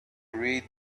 read